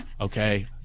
okay